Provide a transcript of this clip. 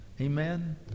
Amen